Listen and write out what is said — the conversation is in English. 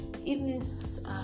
Evenings